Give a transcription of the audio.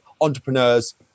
entrepreneurs